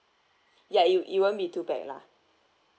ya it it won't be too pack lah